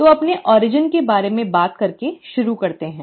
तो अपने मूल के बारे में बात करके शुरू करते हैं